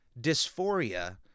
Dysphoria